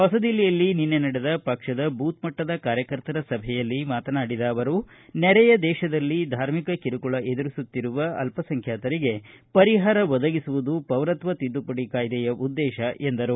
ಹೊಸದಿಲ್ಲಿಯಲ್ಲಿ ನಿನ್ನೆ ನಡೆದ ಪಕ್ಷದ ಬೂತ್ ಮಟ್ಟದ ಕಾರ್ಯಕರ್ತರ ಸಭೆಯಲ್ಲಿ ಮಾತನಾಡಿದ ಅವರು ನೆರೆಯ ದೇಶದಲ್ಲಿ ಧಾರ್ಮಿಕ ಕಿರುಕುಳ ಎದುರಿಸುತ್ತಿರುವ ಅಲ್ಲಸಂಖ್ಯಾತರಿಗೆ ಪರಿಹಾರ ಒದಗಿಸುವುದು ಪೌರತ್ವ ತಿದ್ದುಪಡಿ ಕಾಯ್ದೆಯ ಉದ್ದೇಶ ಎಂದರು